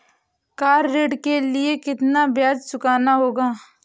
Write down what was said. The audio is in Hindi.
कार ऋण के लिए कितना ब्याज चुकाना होगा?